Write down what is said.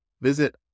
Visit